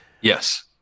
Yes